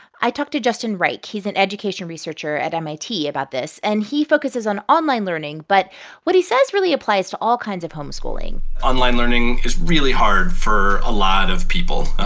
i talked to justin reich he's an education researcher at mit about this. and he focuses on online learning. but what he says really applies to all kinds of homeschooling online learning is really hard for a lot of people.